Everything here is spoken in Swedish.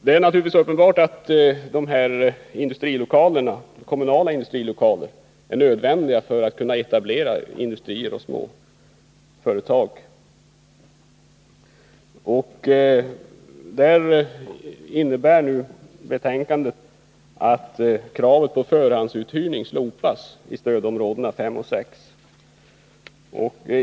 Det är uppenbart att kommunala industrilokaler är nödvändiga för att det skall kunna etableras industrier och småföretag. Förslaget i betänkandet innebär att kravet på förhandsuthyrning slopas i stödområdena 5 och 6.